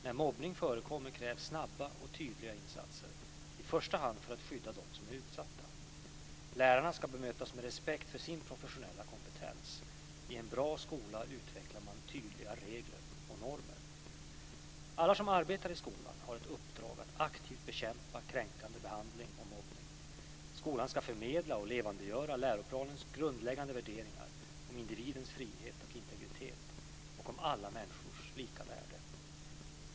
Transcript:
När mobbning förekommer krävs snabba och tydliga insatser, i första hand för att skydda dem som är utsatta. Lärarna ska bemötas med respekt för sin professionella kompetens. I en bra skola utvecklar man tydliga regler och normer. Alla som arbetar i skolan har ett uppdrag att aktivt bekämpa kränkande behandling och mobbning. Skolan ska förmedla och levandegöra läroplanens grundläggande värden om individens frihet och integritet och om alla människors lika värde.